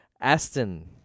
Aston